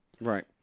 right